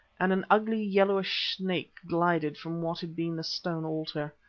and an ugly, yellowish snake glided from what had been the stone altar.